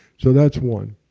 so that's one.